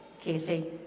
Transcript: Katie